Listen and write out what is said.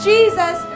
Jesus